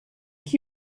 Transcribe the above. qui